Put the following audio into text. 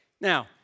Now